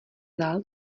vzal